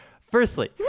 Firstly